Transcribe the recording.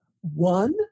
One